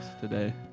today